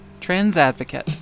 transadvocate